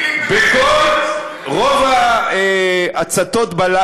------ רוב ההצתות,